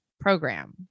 Program